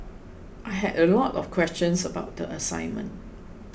I had a lot of questions about the assignment